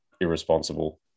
irresponsible